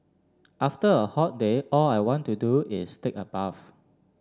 after a hot day all I want to do is take a bath